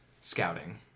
scouting